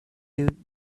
you